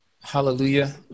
Hallelujah